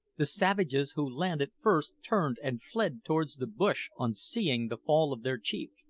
the savages who landed first turned and fled towards the bush on seeing the fall of their chief.